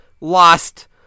lost